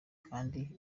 kandi